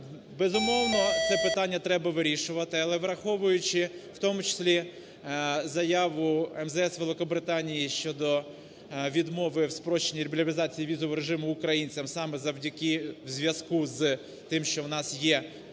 Безумовно, це питання треба вирішувати. Але, враховуючи в тому числі заяву МЗС Великобританії щодо відмови в спрощенні лібералізації візового режиму українцям саме завдяки, в зв'язку з тим, що у нас є